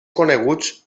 coneguts